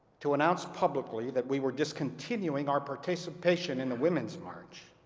to announce publicly that we were discontinuing our participation in the women's march